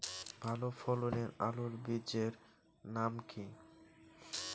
ভালো ফলনের আলুর বীজের নাম কি?